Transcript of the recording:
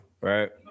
right